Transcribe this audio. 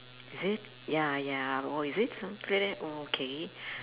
is it ya ya or is it okay